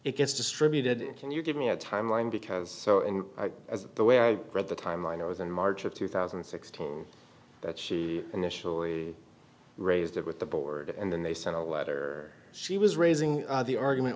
it gets distributed can you give me a timeline because as the way i read the timeline i was in march of two thousand and six that she initially raised it with the board and then they sent a letter she was raising the argument